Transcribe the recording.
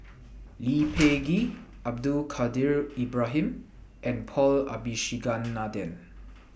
Lee Peh Gee Abdul Kadir Ibrahim and Paul Abisheganaden